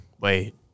Wait